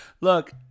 Look